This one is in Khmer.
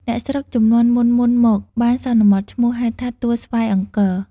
អ្នកស្រុកជំនាន់មុនៗ មក បានសន្មតឈ្មោះហៅថា "ទួលស្វាយអង្គ" ។